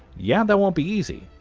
yeah, that won't be easy.